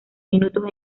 minutos